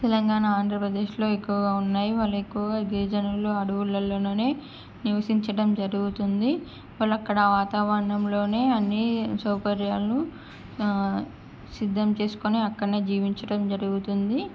తెలంగాణ ఆంధ్రప్రదేశ్లో ఎక్కువగా ఉన్నాయి వాళ్ళు ఎక్కువగా గిరిజనులు అడవులల్లోనే నివసించడం జరుగుతుంది వాళ్ళు అక్కడ వాతావరణంలోనే అన్ని సౌకర్యాల్ను సిద్ధం చేసుకోని అక్కడే జీవించటం జరుగుతుంది